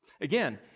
Again